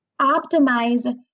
optimize